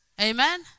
Amen